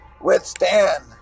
withstand